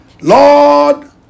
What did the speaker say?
Lord